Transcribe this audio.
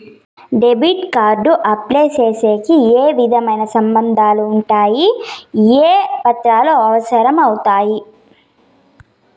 Debit card apply సేసేకి ఏ విధమైన నిబంధనలు ఉండాయి? ఏ పత్రాలు అవసరం అవుతాయి?